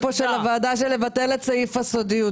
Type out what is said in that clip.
של הוועדה של לבטל את סעיף הסודיות,